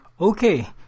okay